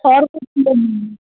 और कुछ लेंगी